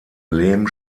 lehm